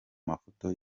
mafoto